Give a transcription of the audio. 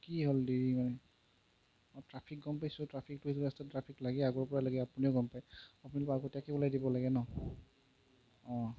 কি হ'ল দেৰি ইমান অঁ ট্ৰাফিক গম পাইছোঁ ট্ৰাফিকটো এইটো ৰাস্তাত ট্ৰাফিক লাগেই আগৰ পৰাই লাগে আপুনিও গম পাই আপুনিটো আগতীয়াকৈ ওলাই দিব লাগে ন হয়